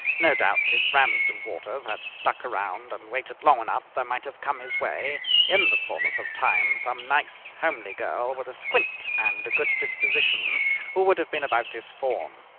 no doubt, if ramsden waters had stuck around and waited long enough there might have come his way in the fullness of time some nice, homely girl with a squint and a good disposition who would have been about his form.